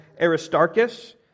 aristarchus